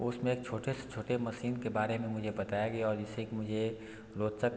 उसमें एक छोटे से छोटे मसीन के बारे में मुझे बताया गया और जिससे कि मुझे रोचक